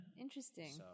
Interesting